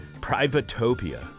Privatopia